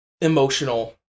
emotional